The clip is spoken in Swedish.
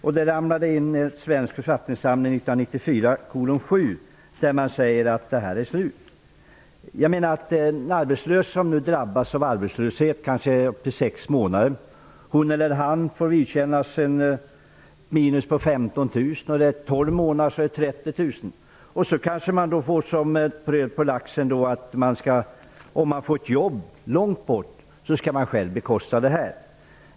Det resulterade i författningen SFS 1994:7, där det konstateras att bidraget upphört. En arbetslös som nu drabbas av arbetslöshet under sex månader får vidkännas ett inkomstbortfall om 15 000 kr, och efter tolv månader har det stigit till 30 000 kr. Som lök på laxen tillkommer att man, om man får ett jobb långt från hemorten, själv skall bekosta flyttningen.